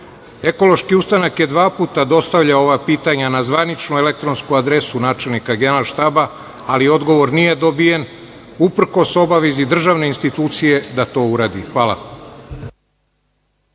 ustanak je dva puta dostavljao ova pitanja na zvaničnu elektronsku adresu načelnika Generalštaba, ali odgovor nije dobijen, uprkos obavezi državne institucije da to uradi. Hvala.